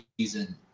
season –